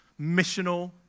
missional